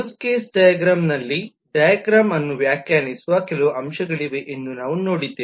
use case ಡೈಗ್ರಾ ಮ್ದಲ್ಲಿ ಡೈಗ್ರಾ ಮ್ಅನ್ನು ವ್ಯಾಖ್ಯಾನಿಸುವ ಕೆಲವು ಅಂಶಗಳಿವೆ ಎಂದು ನಾವು ನೋಡಿದ್ದೇವೆ